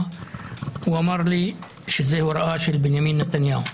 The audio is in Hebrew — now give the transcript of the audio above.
הוא אמר לי שזו הוראה של בנימין נתניהו.